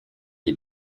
les